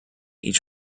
each